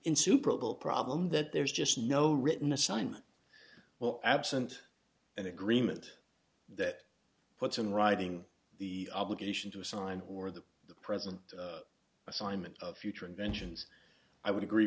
insuperable problem that there's just no written assignment well absent an agreement that puts in writing the obligation to assign or that the present assignment of future inventions i would agree